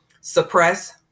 suppress